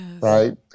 right